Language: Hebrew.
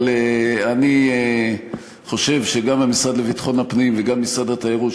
אבל אני חושב שגם המשרד לביטחון הפנים וגם משרד התיירות,